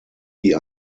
die